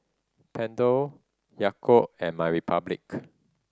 Pentel Yakult and MyRepublic